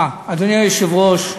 אדוני היושב-ראש,